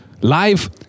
live